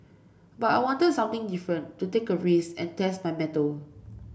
but I wanted something different to take a risk and test my mettle